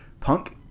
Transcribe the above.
punk